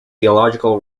theological